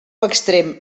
extrem